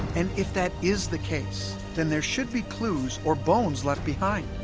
and if that is the case then there should be clues or bones left behind